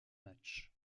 matchs